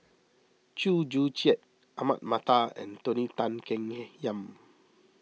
Chew Joo Chiat Ahmad Mattar and Tony Tan Keng Him Yam